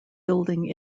building